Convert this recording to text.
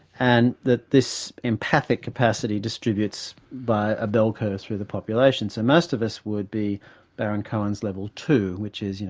and that this empathic capacity distributes by a bell curve through the population. so most of us would be baron-cohen's level two, which is, you know,